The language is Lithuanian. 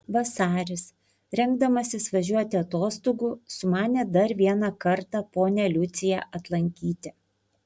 vasaris rengdamasis važiuoti atostogų sumanė dar vieną kartą ponią liuciją atlankyti